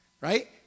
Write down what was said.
Right